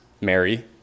Mary